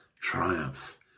triumph